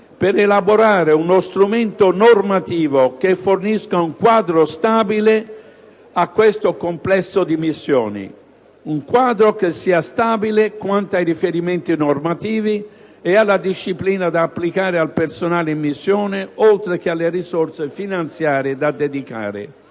per elaborare uno strumento normativo che fornisca un quadro stabile a questo complesso di missioni. Un quadro che sia stabile quanto ai riferimenti normativi e alla disciplina da applicare al personale in missione, oltre che alle risorse finanziare da dedicare.